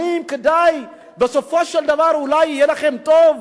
כדי שבסופו של דבר אולי יהיה לכם טוב,